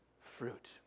fruit